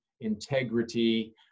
integrity